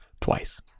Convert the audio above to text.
twice